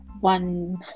One